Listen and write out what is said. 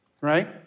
Right